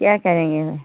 क्या करेंगे